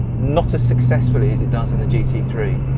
not as successfully as it does in the g t three.